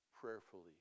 prayerfully